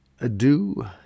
Adieu